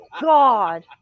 God